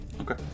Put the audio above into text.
Okay